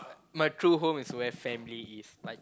my true home is where family is like